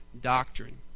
doctrine